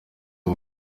ubu